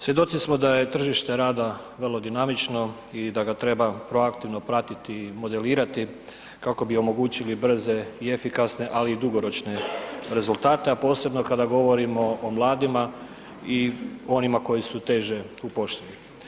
Svjedoci smo da je tržište rada vrlo dinamično i da ga treba proaktivno pratiti i modelirati kako bi omogućili brze i efikasne ali i dugoročne rezultate a posebno kada govorimo o mladima i onima koji su teže upošljivi.